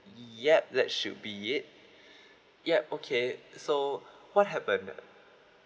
yup that should be it yup okay so what happened